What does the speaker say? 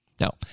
Now